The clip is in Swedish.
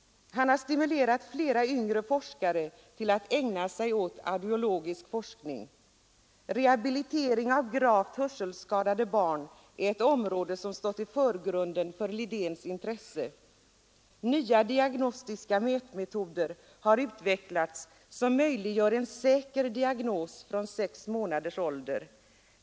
Han har också stimulerat flera yngre forskare till att ägna sig åt audiologisk forskning. Likaså är rehabilitering av gravt hörselskadade barn ett område som har stått i förgrunden för Lidéns intresse. Nya diagnostiska mätmetoder har utvecklats som möjliggör en säker diagnos från sex månaders ålder.